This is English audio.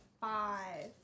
five